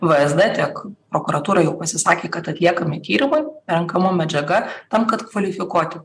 vsd tiek prokuratūra jau pasisakė kad atliekame tyrimą renkama medžiaga tam kad kvalifikuoti